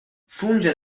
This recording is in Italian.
funge